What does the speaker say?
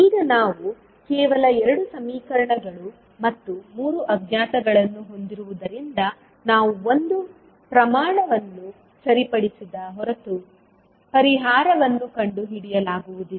ಈಗ ನಾವು ಕೇವಲ 2 ಸಮೀಕರಣಗಳು ಮತ್ತು 3 ಅಜ್ಞಾತಗಳನ್ನು ಹೊಂದಿರುವುದರಿಂದ ನಾವು ಒಂದು ಪ್ರಮಾಣವನ್ನು ಸರಿಪಡಿಸದ ಹೊರತು ಪರಿಹಾರವನ್ನು ಕಂಡುಹಿಡಿಯಲಾಗುವುದಿಲ್ಲ